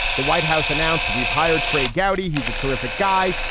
the white house announced we've hired trey gowdy. he's a terrific guy.